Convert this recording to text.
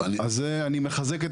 אני מחזק את